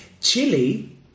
chili